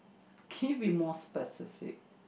can you be more specific